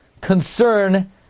concern